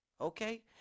okay